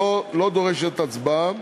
שלא דורשת הצבעה,